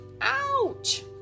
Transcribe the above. Ouch